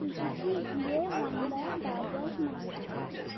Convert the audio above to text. Suzuki Hero Honda Bajaj Maruti